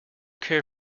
care